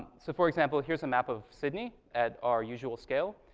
so for example, here's a map of sydney at our usual scale,